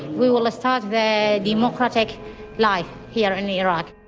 we will ah start the democratic life here in iraq.